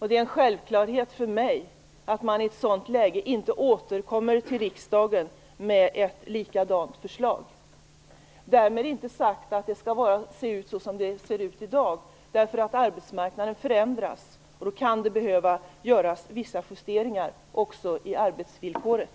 Det är en självklarhet för mig att man i ett sådant läge inte återkommer till riksdagen med ett likadant förslag. Därmed är inte sagt att det skall se ut just så som det gör i dag. Arbetsmarknaden förändras, och då kan det behöva göras vissa justeringar också i arbetsvillkoret.